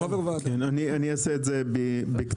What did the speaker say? כן, אני אעשה את זה בקצרה.